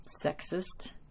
sexist